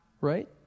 right